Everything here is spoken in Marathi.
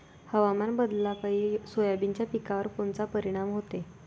हवामान बदलापायी सोयाबीनच्या पिकावर कोनचा परिणाम होते?